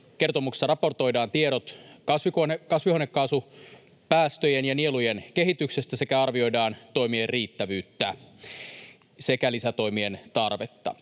Kertomuksessa raportoidaan tiedot kasvihuonekaasupäästöjen ja nielujen kehityksestä sekä arvioidaan toimien riittävyyttä sekä lisätoimien tarvetta.